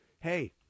hey